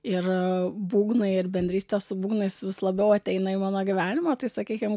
ir būgnai ir bendrystė su būgnais vis labiau ateina į mano gyvenimą tai sakykim